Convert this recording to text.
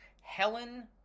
Helen